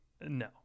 No